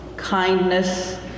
kindness